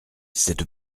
cette